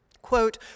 Quote